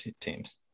teams